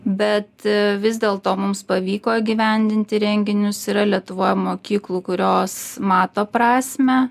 bet vis dėl to mums pavyko įgyvendinti renginius yra lietuvoj mokyklų kurios mato prasmę